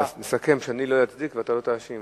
אני אסכם שאני לא אטריד ואתה לא תאשים.